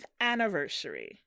anniversary